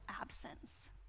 absence